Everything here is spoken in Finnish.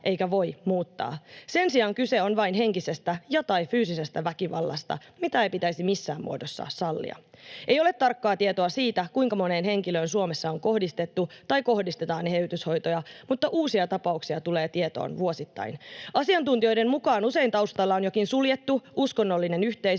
eikä voi muuttaa. Sen sijaan kyse on vain henkisestä ja/tai fyysisestä väkivallasta, mitä ei pitäisi missään muodossa sallia. Ei ole tarkkaa tietoa siitä, kuinka moneen henkilöön Suomessa on kohdistettu tai kohdistetaan eheytyshoitoja, mutta uusia tapauksia tulee tietoon vuosittain. Asiantuntijoiden mukaan usein taustalla on jokin suljettu uskonnollinen yhteisö,